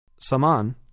Saman